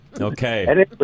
Okay